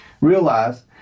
realize